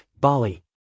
Bali